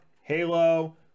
Halo